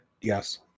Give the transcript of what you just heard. yes